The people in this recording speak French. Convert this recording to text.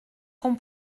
qu’on